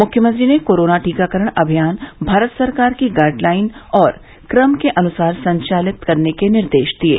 मुख्यमंत्री ने कोरोना टीकाकरण अभियान भारत सरकार की गाइड लाइन और क्रम के अनुसार संचालित करने के निर्देश दिये